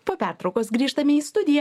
po pertraukos grįžtame į studiją